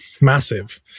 massive